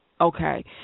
Okay